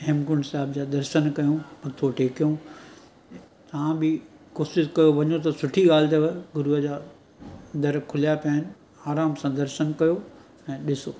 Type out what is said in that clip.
हेमकुंड साहिब जा दर्शन कयूं मथो टेकियऊं तव्हां बि कोशिशि कयो वञो त सुठी ॻाल्हि अथव गुरुअ जा दर खुलिया पिया आहिनि आरामु सां दर्शनु कयो ऐं ॾिसो